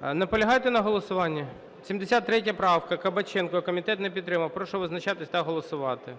ГОЛОВУЮЧИЙ. Наполягаєте на голосуванні? 73 правка, Кабаченко. Комітет не підтримав. Прошу визначатись та голосувати.